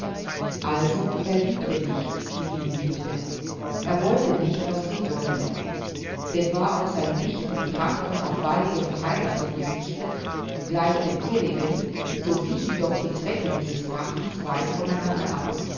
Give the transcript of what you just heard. also er liebte nicht die ihn liebte er wollte nicht was sie wollte denn war auch sein dichten und trachten auf baldige verheirathung gerichtet gleich dem ihrigen so wichen doch die zwecke dieses trachtens weit von einander ab